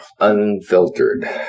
Unfiltered